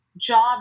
job